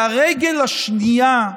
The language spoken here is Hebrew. והרגל השנייה,